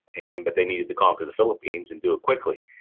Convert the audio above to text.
and but they needed to conquer the philippines and do it quickly.